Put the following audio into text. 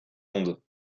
ondes